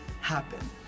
happen